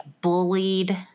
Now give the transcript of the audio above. bullied